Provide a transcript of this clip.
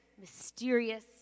mysterious